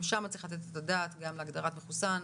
שם צריך לתת את הדעת גם להגדרת מחוסן,